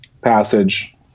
passage